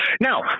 Now